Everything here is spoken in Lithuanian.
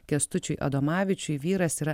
kęstučiui adomavičiui vyras yra